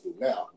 now